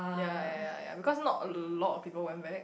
yea yea yea yea because not a lot of people went back